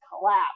collapse